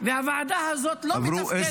הוועדה הזאת לא מתפקדת בשם הכנסת.